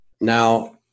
Now